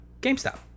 gamestop